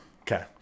Okay